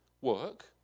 work